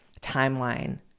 timeline